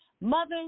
Mothers